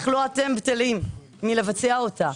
אך לא אתם בטלים מלבצע אותה.